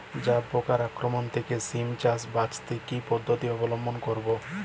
জাব পোকার আক্রমণ থেকে সিম চাষ বাচাতে কি পদ্ধতি অবলম্বন করব?